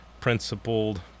principled